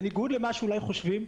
בניגוד למה שאולי חושבים,